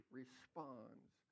responds